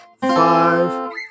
five